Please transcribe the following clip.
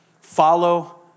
Follow